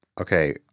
Okay